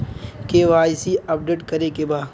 KYC update करे के बा?